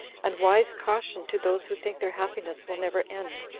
and wise caution to those who think their happiness will never end,